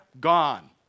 gone